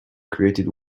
created